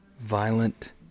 Violent